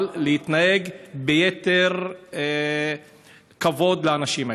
אבל להתנהג ביתר כבוד לאנשים האלה.